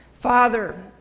Father